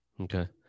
Okay